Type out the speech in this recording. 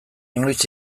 noiz